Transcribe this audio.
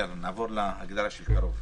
נעבור להגדרה של קרוב.